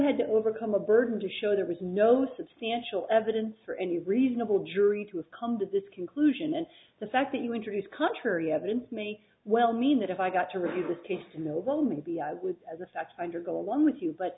had to overcome a burden to show there was no substantial evidence for any reasonable jury to have come to this conclusion and the fact that you introduce contrary evidence may well mean that if i got to review the case in the well maybe i would as a fact finder go along with you but